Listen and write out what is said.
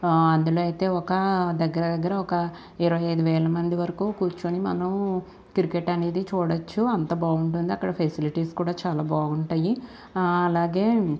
అందులో అయితే ఒక దగ్గర దగ్గర ఒక ఇరవై ఐదు వేల వరకు కుర్చోని మనం క్రికెట్ అనేది చూడచ్చు అంత బాగుంటుంది అక్కడ ఫెసిలిటీస్ కూడా బాగుంటాయి అలాగే